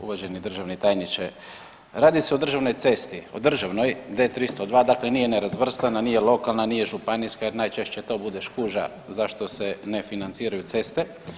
Uvaženi državni tajniče, radi se o državnoj cesti, o državnoj D302, dakle nije nerazvrstana, nije lokalna, nije županijska jer najčešće to bude … zašto se ne financiraju ceste.